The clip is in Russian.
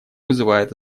вызывает